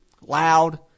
loud